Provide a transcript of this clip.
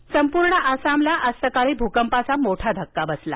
भुकंप संपूर्ण आसामला आज सकाळी भूकंपाचा मोठा धक्का बसला